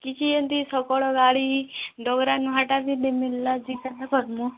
କିଛି ଏନ୍ତି ସକଳ ଗାଡ଼ି ଦଉରାନା ହାଟ ବି ମିଲ୍ଲା ଯେ କେନ କର୍ମୁଁ